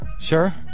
sure